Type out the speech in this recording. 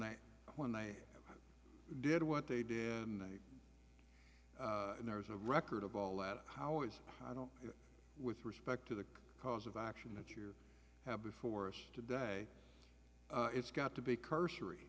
they when they did what they did in there is a record of all that how is i don't with respect to the cause of action that you have before us today it's got to be cursory